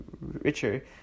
richer